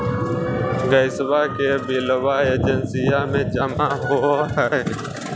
गैसवा के बिलवा एजेंसिया मे जमा होव है?